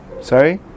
sorry